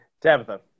tabitha